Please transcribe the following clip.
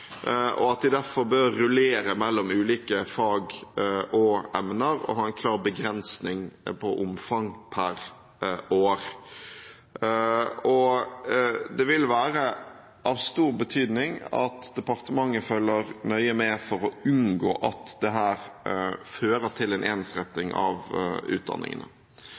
og at de derfor bør rullere mellom ulike fag og emner og ha en klar begrensning i omfang per år. Det vil være av stor betydning at departementet følger nøye med for å unngå at dette fører til en ensretting av utdanningene.